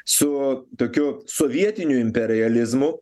su tokiu sovietiniu imperializmu